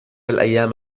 الأيام